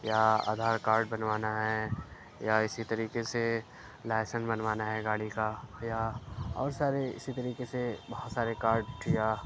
یا آدھار کارڈ بنوانا ہے یا اِسی طریقے سے لائسنس بنوانا ہے گاڑی کا یا اور سارے اِسی طریقے سے بہت سارے کارڈ یا